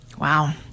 Wow